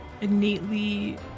innately